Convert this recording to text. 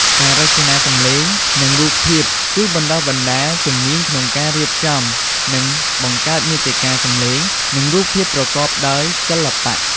ការរចនាសំឡេង និង រូបភាពគឺ បណ្ដុះបណ្ដាលជំនាញក្នុងការរៀបចំ និងបង្កើតមាតិកាសំឡេង និងរូបភាពប្រកបដោយសិល្បៈ។